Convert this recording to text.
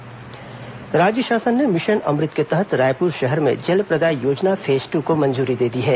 mission Amrut राज्य शासन ने मिशन अमृत के तहत रायपुर शहर में जल प्रदाय योजना फेस ट को मंजुरी दे दी है